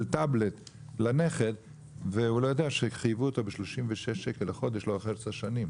של טאבלט לנכד והוא לא יודע שחייבו אותו ב-36 שקלים לחודש ל-11 שנים.